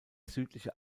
südliche